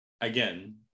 again